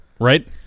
Right